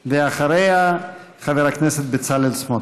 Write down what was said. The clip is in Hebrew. אחריה, חבר הכנסת בצלאל סמוטריץ.